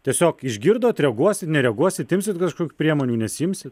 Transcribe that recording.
tiesiog išgirdot reaguosit nereaguosit imsit kažkokių priemonių nesiimsit